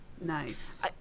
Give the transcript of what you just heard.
Nice